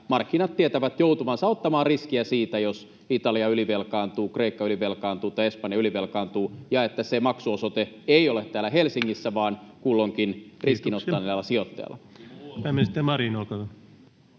markkinat tietävät joutuvansa ottamaan riskiä siitä, jos Italia ylivelkaantuu, Kreikka ylivelkaantuu tai Espanja ylivelkaantuu, ja että se maksuosoite ei ole täällä Helsingissä vaan kulloinkin riskin ottaneella sijoittajalla. Pääministeri Marin, olkaa hyvä.